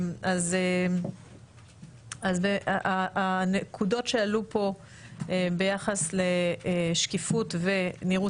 אז הנקודות שעלו פה ביחס לשקיפות ונראות